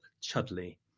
Chudley